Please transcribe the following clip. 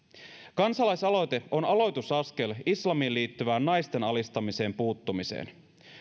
kansalaisaloite on aloitusaskel islamiin liittyvään naisten alistamiseen puuttumiseen